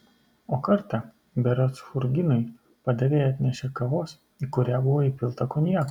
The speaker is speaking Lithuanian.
o kartą berods churginui padavėja atnešė kavos į kurią buvo įpilta konjako